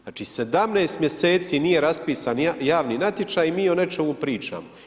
Znači 17. mjeseci nije raspisan javni natječaj i mi o nečemu pričamo.